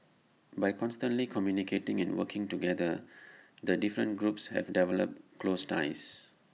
by constantly communicating and working together the different groups have developed close ties